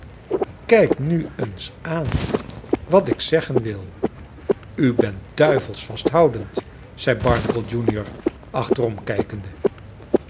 kijk nu eens aan wat ik zeggen wil u bent duivels vasthoudend zei barnacle junior achterom kijkende